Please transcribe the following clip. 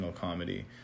comedy